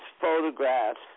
photographs